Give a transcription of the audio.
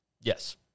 Yes